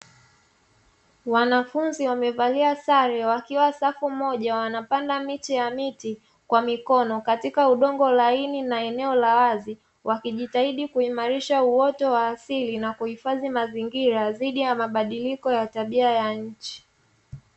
Wanafunzi wamevalia sare wakiwa safu moja wanapanda miche ya miti kwenye udongo katika udongo laini na eneo la wazi, wakijitahidi kuimarisha uoto wa asili na kuhifadhi mazingira dhidi ya mabadiliko ya tabia ya nchi.